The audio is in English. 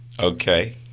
Okay